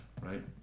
right